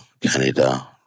Canada